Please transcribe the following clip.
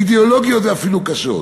האידיאולוגיים ואפילו הקשים.